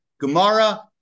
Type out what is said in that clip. Gemara